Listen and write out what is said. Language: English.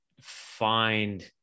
find